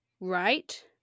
right